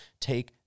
take